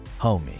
Homie